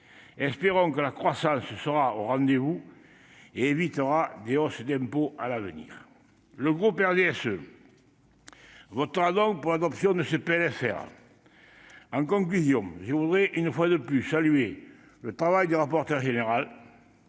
Espérons que la croissance sera au rendez-vous et nous évitera des hausses d'impôt. Le groupe du RDSE votera donc pour l'adoption de ce PLFR. En conclusion, je tiens à saluer le travail du rapporteur général,